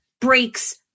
breaks